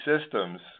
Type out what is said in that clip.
systems